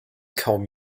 kaum